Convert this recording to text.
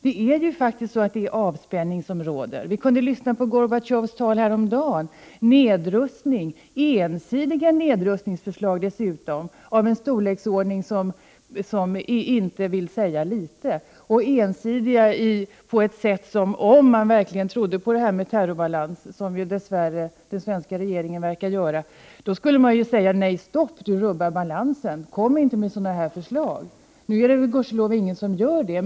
Det är faktiskt avspänning som råder. Vi kunde lyssna till Gorbatjovs tal häromdagen. Det handlade om nedrustning, ensidiga nedrustningsförslag dessutom, av en storleksordning som inte vill säga litet. De är ensidiga på ett sådant sätt att om man verkligen trodde på detta med terrorbalans, som dess värre den svenska regeringen verkar göra, då skulle man säga: Nej, stopp, du rubbar balansen! Kom inte med sådana förslag! Nu är det Gud ske lov ingen som gör det.